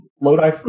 Lodi